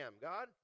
God